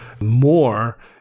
more